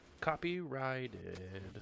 Copyrighted